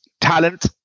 talent